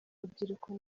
rubyiruko